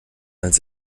als